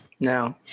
No